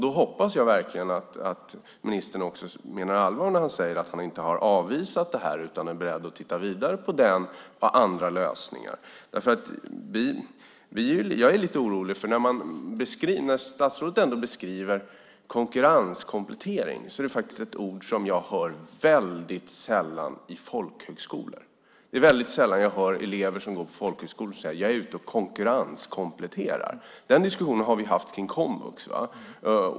Då hoppas jag verkligen att ministern också menar allvar när han säger att han inte har avvisat det här utan är beredd att titta vidare på andra lösningar. Jag är lite orolig när statsrådet beskriver konkurrenskomplettering. Det är faktiskt ett ord som jag väldigt sällan hör i folkhögskolor. Det är väldigt sällan jag hör elever som går på folkhögskolor säga: Jag är ute och konkurrenskompletterar. Den diskussionen har vi haft kring komvux.